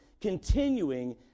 continuing